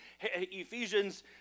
Ephesians